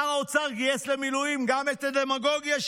שר האוצר גייס למילואים גם את הדמגוגיה שלו.